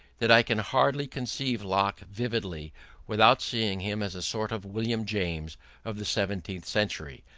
that i can hardly conceive locke vividly without seeing him as a sort of william james of the seventeenth century.